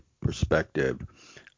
perspective